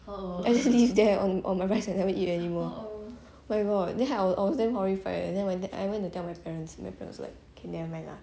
I just leave there on my rice I never eat anymore oh my god then I was damn horrified and then I I went to tell my parents my parents were like okay nevermind lah